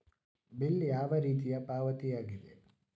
Bill ಯಾವ ರೀತಿಯ ಪಾವತಿಯಾಗಿದೆ?